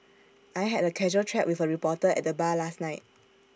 I had A casual chat with A reporter at the bar last night